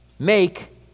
Make